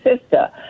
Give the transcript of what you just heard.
sister